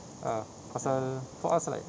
ah pasal for us like